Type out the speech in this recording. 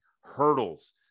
hurdles